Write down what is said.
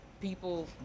people